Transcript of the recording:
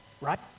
right